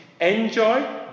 enjoy